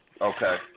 Okay